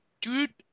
Dude